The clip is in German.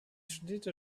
studierte